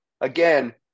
again